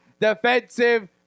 defensive